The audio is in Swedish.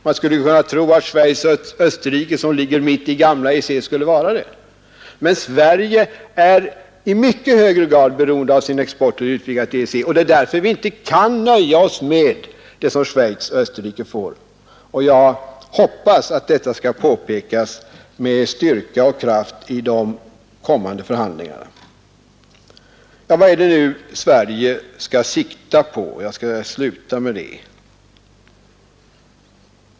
Man skulle ju kunna tro att Schweiz och Österrike, som ligger mitt i det gamla EEC, skulle vara det. Men Sverige är i mycket högre grad beroende av den Nr 137 exporten. Det är därför som vi inte kan nöja oss med det som Schweiz Torsdagen den och Österrike får. Jag hoppas att detta skall påpekas med styrka och 2 december 1971 kraft vid de kommande förhandlingarna. Sedan skall jag sluta med en fråga: Vad är det nu Sverige skall sikta Ang. förhandlingar på?